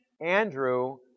Andrew